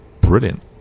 Brilliant